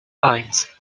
eins